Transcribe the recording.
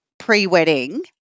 pre-wedding